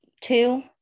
two